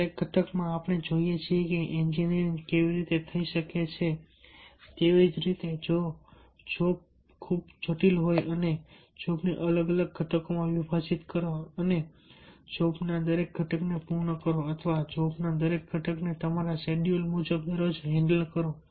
દરેક ઘટકમાં આપણે જોઈએ છીએ કે એન્જિનિયરિંગ કેવી રીતે તે થઈ શકે છે તેવી જ રીતે જો જોબ ખૂબ જ જટિલ હોય અને જોબને અલગ અલગ ઘટકોમાં વિઘટિત કરો અને જોબના દરેક ઘટકને પૂર્ણ કરો અથવા જોબના દરેક ઘટકને તમારા શેડ્યૂલ મુજબ દરરોજ હેન્ડલ કરો